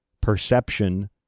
perception